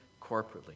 corporately